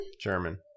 German